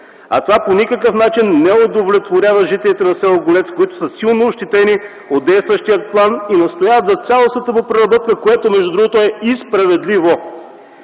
А това по никакъв начин не удовлетворява жителите на с. Голец, които са силно ощетени от действащия план и настояват за цялостната му преработка, което между другото е и справедливо.